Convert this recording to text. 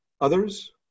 others